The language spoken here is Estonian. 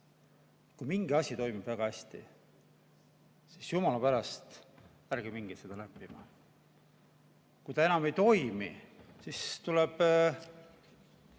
Kui mingi asi toimib väga hästi, siis jumala pärast ärge minge seda näppima. Kui ta enam ei toimi, siis tuleb